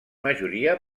majoria